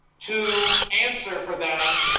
to answer for them